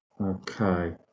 Okay